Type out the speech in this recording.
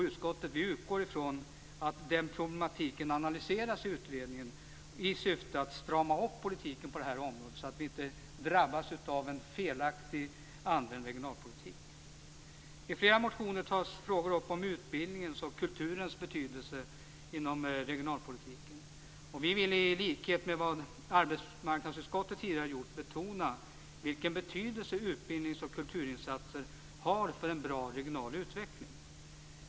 Utskottet utgår från att den problematiken analyseras i utredningen i syfte att strama upp politiken på det här området så att vi inte drabbas av en felaktigt använd regionalpolitik. I flera motioner tas frågor upp om utbildningens och kulturens betydelse inom regionalpolitiken. Vi vill i likhet med vad arbetsmarknadsutskottet tidigare har gjort betona vilken betydelse utbildnings och kulturinsatser har för en bra regional utveckling.